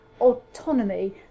autonomy